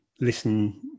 listen